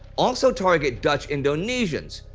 also target dutch indonesians,